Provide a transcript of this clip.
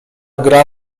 gra